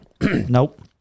Nope